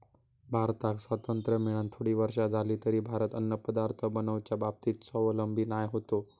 भारताक स्वातंत्र्य मेळान थोडी वर्षा जाली तरी भारत अन्नपदार्थ बनवच्या बाबतीत स्वावलंबी नाय होतो